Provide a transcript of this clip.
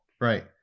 Right